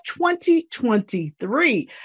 2023